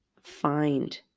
Find